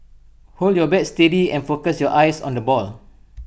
hold your bat steady and focus your eyes on the ball